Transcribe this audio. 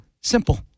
Simple